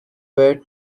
where